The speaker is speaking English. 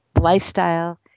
lifestyle